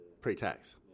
pre-tax